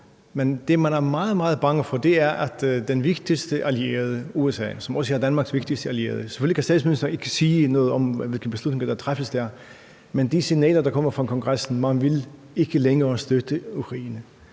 Men det, man er meget, meget bange for, er det med den vigtigste allierede, nemlig USA, som også er Danmarks vigtigste allierede – selvfølgelig kan statsministeren ikke sige noget om, hvilke beslutninger der træffes dér – og de signaler, der kommer fra Kongressen, om, at man ikke længere vil støtte Ukraine.